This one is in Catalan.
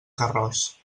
carròs